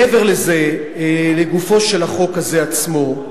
מעבר לזה, לגופו של החוק הזה עצמו,